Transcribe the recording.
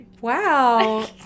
Wow